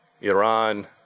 Iran